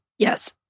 Yes